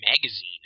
magazine